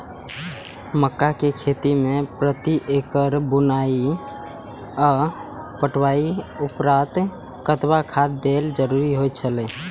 मक्का के खेती में प्रति एकड़ बुआई आ पटवनक उपरांत कतबाक खाद देयब जरुरी होय छल?